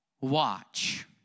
watch